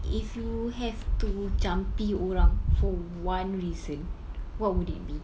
if you have to jampi orang for one reason what would it be